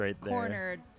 cornered